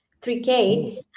3K